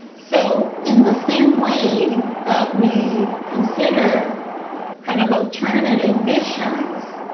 so in the same way that we consider kind of alternative visions,